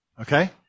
Okay